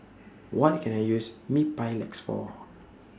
What Can I use Mepilex For